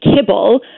kibble